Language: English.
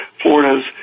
Florida's